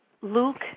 Luke